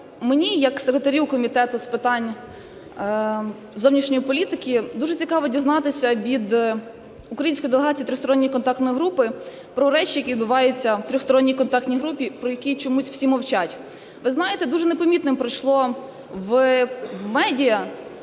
мені, як секретарю Комітету з питань зовнішньої політики, дуже цікаво дізнатися від української делегації Тристоронньої контактної групи про речі, які відбуваються в Тристоронній контактній групі, про які всі чомусь мовчать. Ви знаєте, дуже непомітним пройшов в медіа